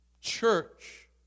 church